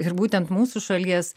ir būtent mūsų šalies